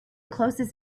closest